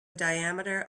diameter